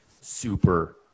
super